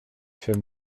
fait